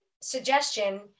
suggestion